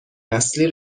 نسلی